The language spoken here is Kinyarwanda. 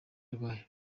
arwaye